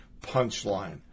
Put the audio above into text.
punchline